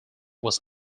was